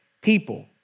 people